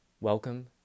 Welcome